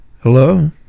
Hello